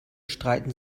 streiten